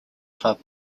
club